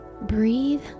breathe